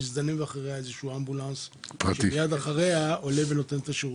מזדנב אחריה אמבולנס ומיד אחריה עולה ונותן את השירותים.